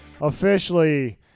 officially